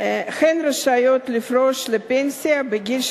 סגן שר האוצר יצחק כהן.